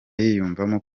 yiyumvamo